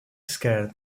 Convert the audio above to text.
scared